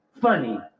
funny